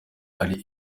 ari